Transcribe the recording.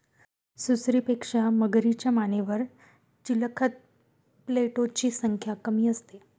सुसरीपेक्षा मगरीच्या मानेवर चिलखत प्लेटोची संख्या कमी असते